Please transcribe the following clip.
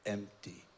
Empty